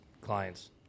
clients